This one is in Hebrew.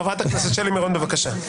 חברת הכנסת שלי מירון, בבקשה.